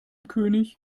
könig